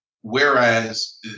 Whereas